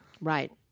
right